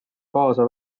kaasa